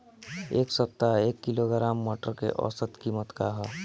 एक सप्ताह एक किलोग्राम मटर के औसत कीमत का ह?